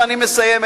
ואני מסיים,